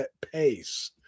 pace